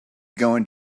going